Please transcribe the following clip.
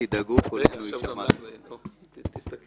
למרות שיצאנו